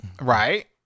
Right